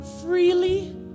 freely